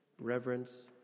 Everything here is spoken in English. reverence